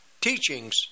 teachings